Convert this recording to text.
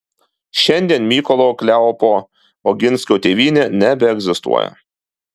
šiandien mykolo kleopo oginskio tėvynė nebeegzistuoja